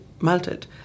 melted